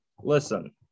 Listen